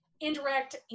indirect